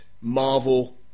Marvel